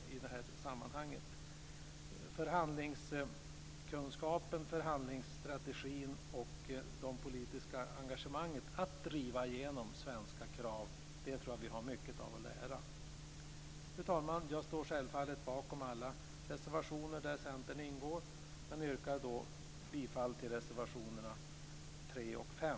Jag tror att vi har mycket att lära när det gäller förhandlingskunskap, förhandlingsstrategi och det politiska engagemanget för att driva igenom svenska krav. Fru talman! Jag står självfallet bakom alla de reservationer som Centerpartiet står antecknat för men yrkar bifall endast till reservationerna 3 och 5.